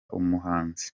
umuhanzi